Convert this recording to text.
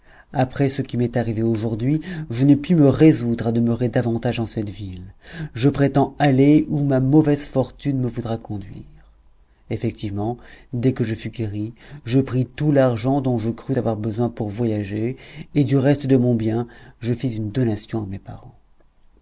après ce qui m'est arrivé aujourd'hui je ne puis me résoudre à demeurer davantage en cette ville je prétends aller où ma mauvaise fortune me voudra conduire effectivement dès que je fus guéri je pris tout l'argent dont je crus avoir besoin pour voyager et du reste de mon bien je fis une donation à mes parents